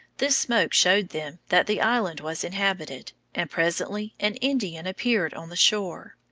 this smoke showed them that the island was inhabited, and presently an indian appeared on the shore.